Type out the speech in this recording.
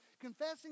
confessing